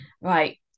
Right